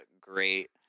great